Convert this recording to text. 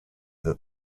that